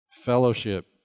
Fellowship